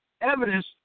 Evidence